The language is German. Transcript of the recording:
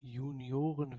junioren